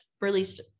released